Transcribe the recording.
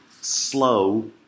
slow